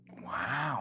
Wow